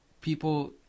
people